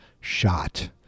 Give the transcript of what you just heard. shot